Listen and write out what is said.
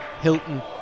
Hilton